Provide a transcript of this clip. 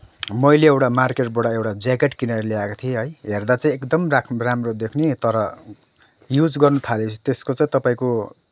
मैले एउटा मार्केटबाट एउटा ज्याकेट किनेर ल्याएको थिएँ है हेर्दा चाहिँ एकदम राम्रो देखिने तर युज गर्न थालेपछि त्यसको चाहिँ तपाईँको